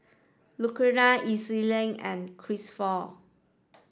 Lucero Elissa and Cristofer